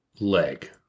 leg